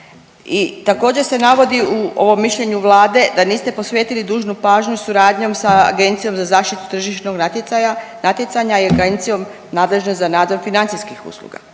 I također se navodi u ovom mišljenju vlade da niste posvetili dužnu pažnju suradnjom sa Agencijom za zaštitu tržišnog natjecanja i agencijom nadležnom za nadzor financijskih usluga.